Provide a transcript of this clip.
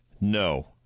No